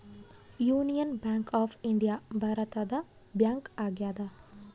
union bank of India ಭಾರತದ bank ಆಗ್ಯಾದ